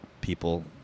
people